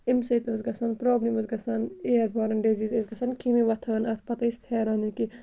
اَمہِ سۭتۍ ٲسۍ گژھان پرابلِم ٲسۍ گژھان اِیَر بارَن ڈِزیٖز ٲسۍ گژھان کھیٚمٕے وۄتھان اَتھ پَتہٕ ٲسۍ پھیران کہِ